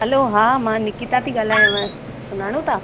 हा मां निकिता थी ॻाल्हायांव सुञाणो था